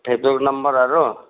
Facebook नम्बरहरू